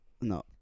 no